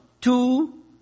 two